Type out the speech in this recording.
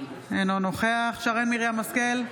אינו נוכח שרן מרים השכל,